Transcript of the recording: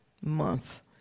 month